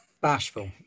Bashful